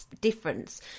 difference